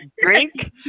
drink